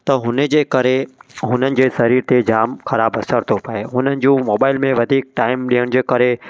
त हुन जे करे हुननि जे शरीर ते जाम ख़राब असर थो पए हुननि जो मोबाइल में वधीक टाइम ॾियण जे करे